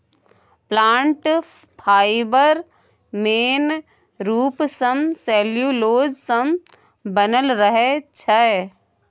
plant fiber मेन रुप सँ सेल्युलोज सँ बनल रहै छै